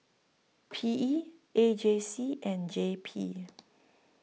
P E A J C and J P